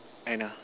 Anna